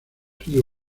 río